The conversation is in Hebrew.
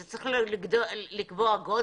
זה לא שיש הצבעה או משהו כזה.